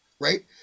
right